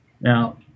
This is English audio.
Now